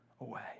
away